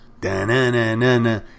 Da-na-na-na-na